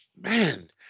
man